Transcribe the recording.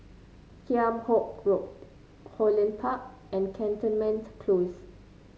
Kheam Hock Road Holland Park and Cantonment Close